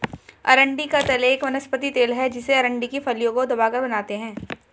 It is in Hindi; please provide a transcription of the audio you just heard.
अरंडी का तेल एक वनस्पति तेल है जिसे अरंडी की फलियों को दबाकर बनाते है